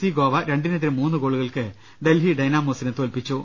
C Goa രണ്ടിനെതിരെ മൂന്ന് ഗോളുകൾക്ക് ഡൽഹി ഡൈനാമോസിനെ തോൽപ്പിച്ചു